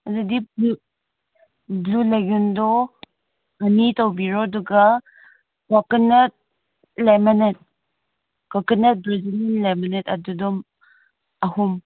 ꯑꯗꯨꯗꯤ ꯕ꯭ꯂꯨ ꯂꯦꯒꯟꯗꯣ ꯑꯅꯤ ꯇꯧꯕꯤꯔꯣ ꯑꯗꯨꯒ ꯀꯣꯀꯣꯅꯠ ꯂꯦꯃꯅꯦꯠ ꯀꯣꯀꯣꯅꯠ ꯂꯦꯃꯅꯦꯠ ꯑꯗꯨꯗꯣ ꯑꯍꯨꯝ